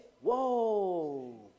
Whoa